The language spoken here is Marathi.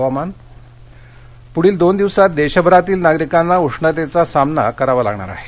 हवामान पुढील दोन दिवसांत देशभरातील नागरिकांना उष्णतेचा सामना करावा लागणार आहे